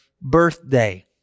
birthday